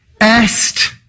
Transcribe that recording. est